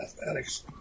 mathematics